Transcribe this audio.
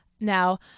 Now